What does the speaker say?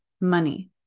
money